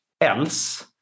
else